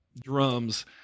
drums